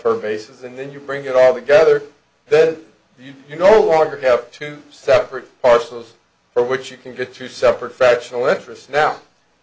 her vases and then you bring it all together then you go or have two separate parcels for which you can get two separate factional interests now